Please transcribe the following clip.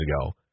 ago